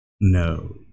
No